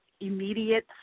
immediate